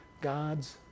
God's